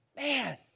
Man